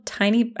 tiny